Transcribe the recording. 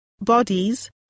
bodies